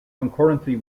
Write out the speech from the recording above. concurrently